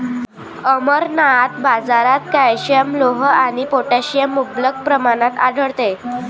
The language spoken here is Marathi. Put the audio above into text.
अमरनाथ, बाजारात कॅल्शियम, लोह आणि पोटॅशियम मुबलक प्रमाणात आढळते